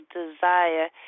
desire